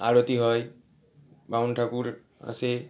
আরতি হয় বামুন ঠাকুর আসে